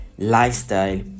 lifestyle